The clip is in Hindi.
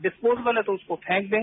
डिस्पोजेबल है तो उसको फेंक दें